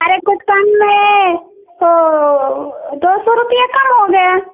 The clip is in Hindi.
अरे कुछ कम में ओ दो सौ रुपया कम हो गया